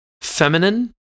feminine